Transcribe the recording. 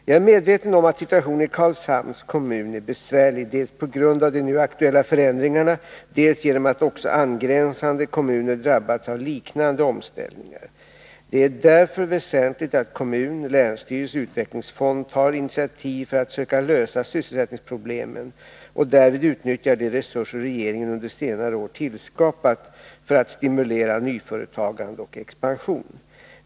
Jag är medveten om att situationen i Karlshamns kommun är besvärlig, dels på grund av de nu aktuella förändringarna, dels genom att också angränsande kommuner drabbats av liknande omställningar. Det är därför väsentligt att kommun, länsstyrelse och utvecklingsfond tar initiativ för att söka lösa sysselsättningsproblemen och därvid utnyttjar de resurser regeringen under senare år tillskapat för att stimulera nyföretagande och expansion.